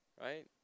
right